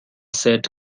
set